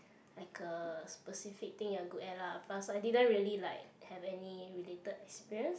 like a specific thing you're good at lah plus I didn't really like have any related experience